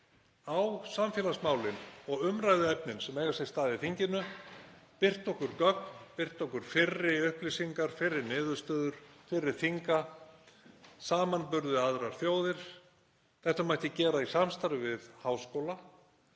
á samfélagsmálin og umræðuefnin sem eiga sér stað í þinginu, birta okkur gögn, birta okkur fyrri upplýsingar, fyrri niðurstöður fyrri þinga, samanburð við aðrar þjóðir. Þetta mætti gera í samstarfi við háskóla